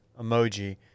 emoji